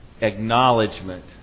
acknowledgement